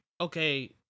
okay